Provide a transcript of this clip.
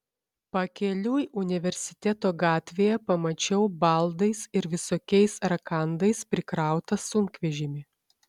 pakeliui universiteto gatvėje pamačiau baldais ir visokiais rakandais prikrautą sunkvežimį